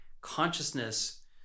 consciousness